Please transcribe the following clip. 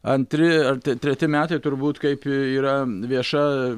antri ar treti metai turbūt kaip yra vieša